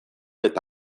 eta